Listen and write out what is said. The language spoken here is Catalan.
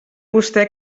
vostè